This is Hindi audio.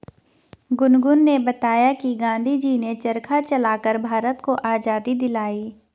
गुनगुन ने बताया कि गांधी जी ने चरखा चलाकर भारत को आजादी दिलाई